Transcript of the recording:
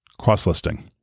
Cross-listing